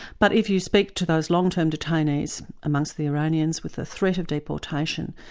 but if you speak to those long term detainees amongst the iranians with the threat of deportation,